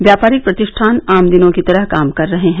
व्यापारिक प्रतिष्ठान आम दिनों की तरह काम कर रहे हैं